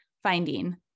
finding